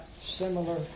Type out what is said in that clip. similar